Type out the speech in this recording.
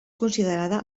considerada